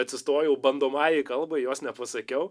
atsistojau bandomąjai kalbai jos nepasakiau